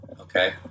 Okay